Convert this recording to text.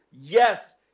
yes